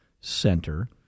center